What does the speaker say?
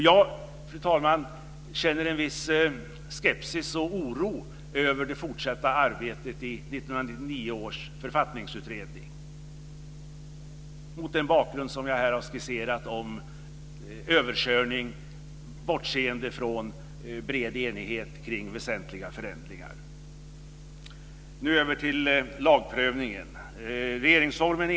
Jag känner en viss skepsis och oro över det fortsatta arbetet i 1999 års författningsutredning, mot den bakgrund som jag här har skisserat med överkörning, bortseende från bred enighet kring väsentliga förändringar. Nu över till lagprövningen.